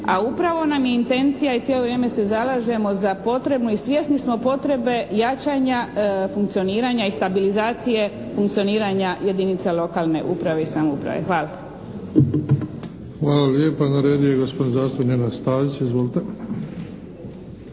a upravo nam je intencija i cijelo vrijeme se zalažemo za potrebu i svjesni smo potrebe jačanja funkcioniranja i stabilizacije funkcioniranja jedinica lokalne uprave i samouprave. Hvala. **Bebić, Luka (HDZ)** Hvala lijepa. Na redu je gospodin zastupnik, Nenad Stazić, izvolite.